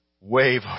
wave